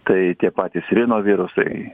tai tie patys rinovirusai